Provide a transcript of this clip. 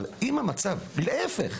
אבל אם המצב הוא להיפך?